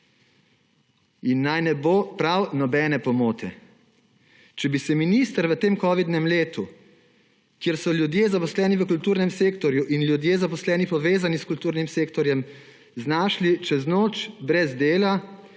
Naj ne bo prav nobene pomote, če bi se minister v tem covidnem letu, kjer so se ljudje, zaposleni v kulturnem sektorju, in ljudje, zaposleni, povezani s kulturnim sektorjem, znašli čez noč brez dela,